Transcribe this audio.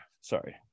Sorry